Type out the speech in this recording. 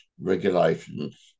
regulations